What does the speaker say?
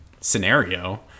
scenario